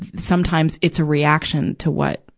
sometimes, it's a reaction to what,